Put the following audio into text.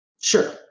Sure